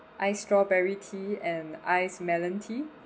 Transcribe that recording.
ice strawberry tea and ice melon tea